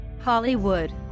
Hollywood